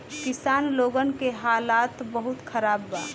किसान लोगन के हालात बहुत खराब बा